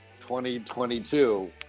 2022